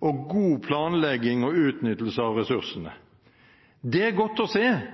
og god planlegging og utnyttelse av ressursene. Det er godt å se,